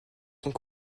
sont